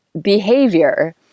behavior